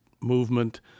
movement